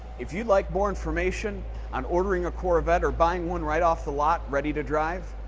if you'd like more information on ordering a corvette or buying one right off the lot ready to drive,